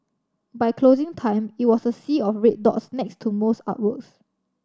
by closing time it was a sea of red dots next to most artworks